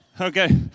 Okay